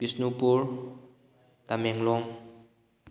Bishnupur Tamenglong